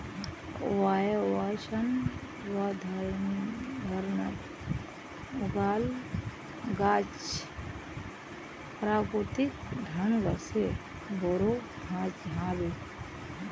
वायवसंवर्धनत उगाल गाछ प्राकृतिक ढंग से बोरो ह बे